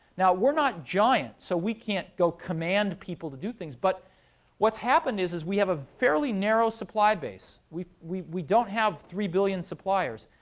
now, we're not giant, so we can't go command people to do things. but what's happened is, is we have a fairly narrow supply base. we we don't have three billion suppliers.